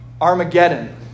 Armageddon